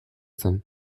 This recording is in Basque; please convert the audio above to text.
zen